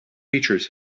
features